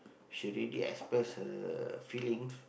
she already express her feelings